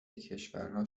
کشورها